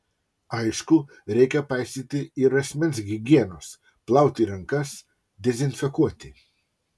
aišku reikia paisyti ir asmens higienos plauti rankas dezinfekuoti